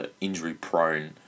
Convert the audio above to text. injury-prone